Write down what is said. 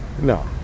No